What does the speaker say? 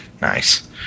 Nice